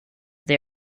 they